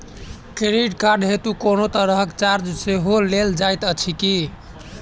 Credit card हेतु कोनो तरहक चार्ज सेहो लेल जाइत अछि की?